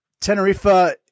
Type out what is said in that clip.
Tenerife